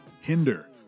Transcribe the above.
Hinder